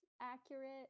accurate